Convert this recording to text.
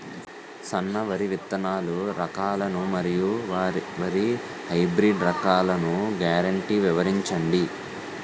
సన్న వరి విత్తనాలు రకాలను మరియు వరి హైబ్రిడ్ రకాలను గ్యారంటీ వివరించండి?